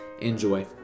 Enjoy